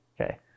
okay